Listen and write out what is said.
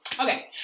Okay